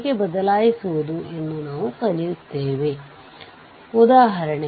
ಇದು Vx 4 Ω ನಲ್ಲಿ voltage drop ಆಗಿದೆ